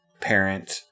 parent